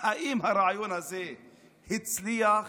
אם הרעיון הזה הצליח